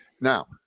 Now